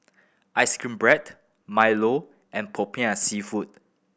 Ice Cream Bread Milo and Popiah Seafood